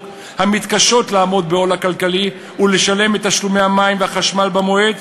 המתקשות לעמוד בעול הכלכלי ולשלם את תשלומי המים והחשמל במועד,